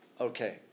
okay